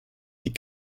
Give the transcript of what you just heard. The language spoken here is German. die